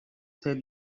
said